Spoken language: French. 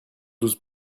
douze